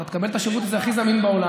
אתה תקבל את השירות הכי זמין בעולם.